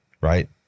Right